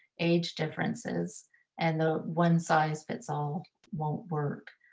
age differences and the one size fits all won't work.